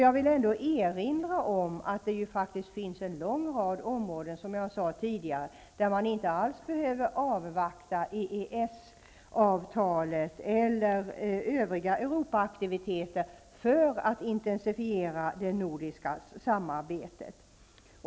Jag vill ändå erinra om att det faktiskt finns en lång rad områden där man inte alls behöver avvakta EES-avtalet eller övriga Europaaktiviteter för att intensifiera det nordiska samarbetet.